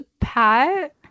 Pat